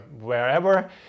wherever